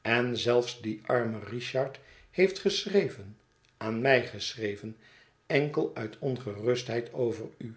en zelfs die arme richard heeft geschreven aan mij geschreven enkel uit ongerustheid over u